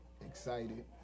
excited